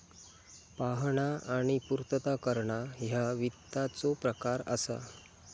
पाहणा आणि पूर्तता करणा ह्या वित्ताचो प्रकार असा